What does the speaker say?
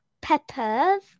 peppers